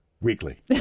Weekly